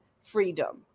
freedom